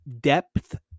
depth